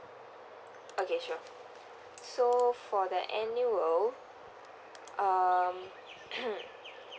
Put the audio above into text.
okay sure so for that annual um